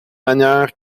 manière